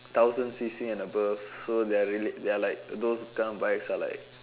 thousand C_C and above so they're really they're like those kind of bikes are like